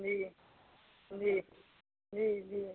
जी जी जी जी